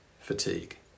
fatigue